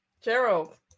Gerald